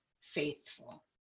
faithful